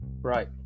Right